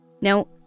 Now